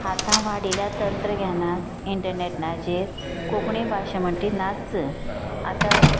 आतां वाडिल्या तंत्रग्यानात इंटनॅट नाजेर कोंकणी भाशा म्हण ती नाच आतां